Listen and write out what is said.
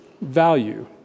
value